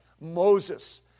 Moses